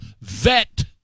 vet